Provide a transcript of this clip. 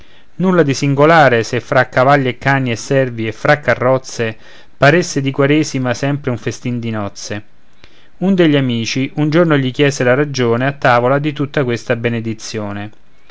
nulla di singolare se fra cavalli e cani e servi e fra carrozze paresse di quaresima sempre un festin di nozze un degli amici un giorno gli chiese la ragione a tavola di tutta questa benedizione